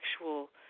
actual